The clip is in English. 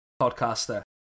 podcaster